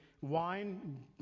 wine